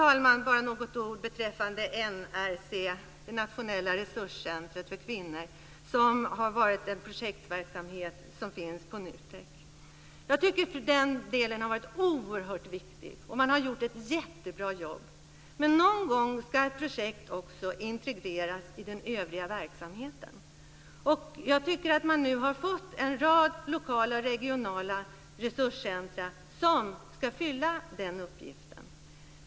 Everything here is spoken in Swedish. Jag vill nämna något om NRC, det nationella resurscentrumet för kvinnor, som har varit en projektverksamhet som finns på NUTEK. Jag tycker att den delen har varit oerhört viktig, och man har gjort ett jättebra jobb. Men någon gång ska ett projekt också integreras i den övriga verksamheten, och nu har man fått en rad lokala och regionala resurscentrum som ska fylla den uppgiften.